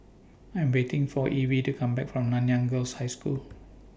I Am waiting For Evie to Come Back from Nanyang Girls' High School